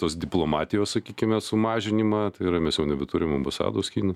tos diplomatijos sakykime sumažinimą tai yra mes jau nebeturim ambasados kinų